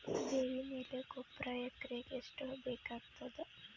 ಬೇವಿನ ಎಲೆ ಗೊಬರಾ ಎಕರೆಗ್ ಎಷ್ಟು ಬೇಕಗತಾದ?